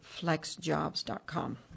flexjobs.com